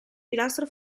pilastro